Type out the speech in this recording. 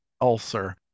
ulcer